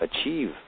achieve